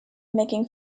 making